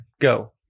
Go